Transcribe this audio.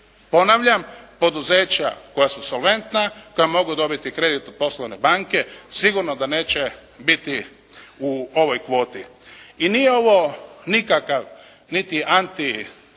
Ponavljam poduzeća koja su solventna, koja mogu dobiti kredit od poslovne banke sigurno da neće biti u ovoj kvoti. I nije ovo nikakav niti antieuropski